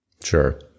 Sure